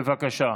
בבקשה.